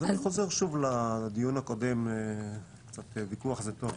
אז אני חוזר שוב לדיון הקודם, קצת ויכוח זה טוב.